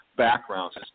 Backgrounds